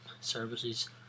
services